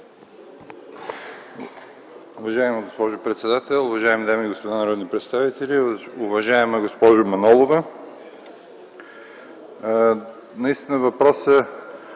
Уважаема госпожо председател, уважаеми дами и господа народни представители! Уважаема госпожо Манолова, наистина въпросът не